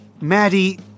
Maddie